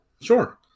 sure